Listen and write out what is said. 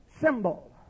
symbol